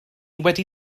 wedi